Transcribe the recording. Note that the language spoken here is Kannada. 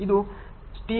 ಇದು ಸ್ಟೀಲ್ ಟ್ರಸ್ ಸೇತುವೆ